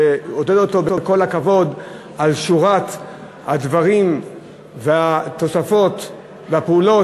שעודד אותו בכל הכבוד על שורת הדברים והתוספות והפעולות